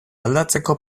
aldatzeko